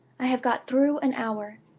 i have got through an hour.